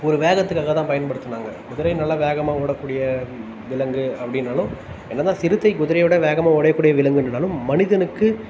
ஒரு வேகத்துக்காக தான் பயன்படுத்துனாங்க குதிரையை நல்லா வேகமாக ஓடக்கூடிய விலங்கு அப்படின்னாலும் என்ன தான் சிறுத்தை குதிரையை விட வேகமாக ஓடக்கூடிய விலங்கு அப்படின்னாலும் மனிதனுக்கு